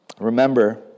Remember